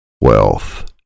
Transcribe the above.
Wealth